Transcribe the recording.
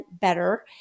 better